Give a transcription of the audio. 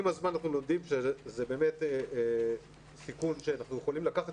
עם הזמן אנחנו לומדים שאנחנו יכולים לקחת